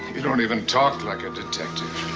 you don't even talk like a detective.